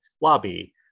lobby